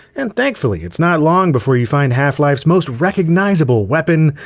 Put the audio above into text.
and thankfully it's not long before you find half-life's most recognizable weapon,